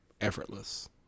effortless